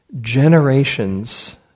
generations